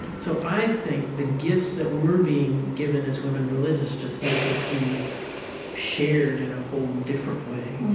so i think the gifts that we're being given as women religious just need to be shared in a whole different way.